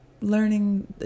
learning